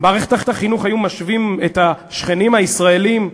במערכת החינוך היו משווים את השכנים הישראלים לבעלי-חיים,